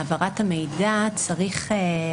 על סעיפיו השונים,